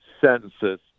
sentences